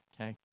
Okay